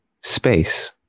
space